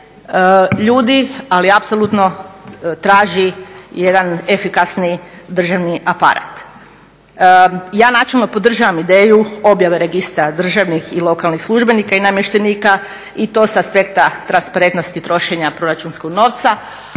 ljudi, ali apsolutno traži jedan efikasni državni aparat. Ja načelno podržavam ideju objave registara državnih i lokalnih službenika i namještenika i to s aspekta transparentnosti trošenja proračunskog novca.